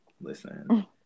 listen